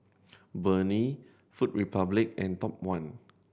Burnie Food Republic and Top One